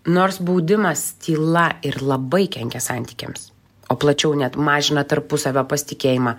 nors baudimas tyla ir labai kenkia santykiams o plačiau net mažina tarpusavio pasitikėjimą